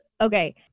Okay